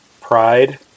pride